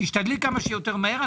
תשתדלי כמה שיותר מהר.